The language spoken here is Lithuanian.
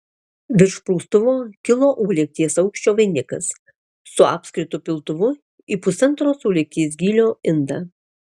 virš praustuvo kilo uolekties aukščio vainikas su apskritu piltuvu į pusantros uolekties gylio indą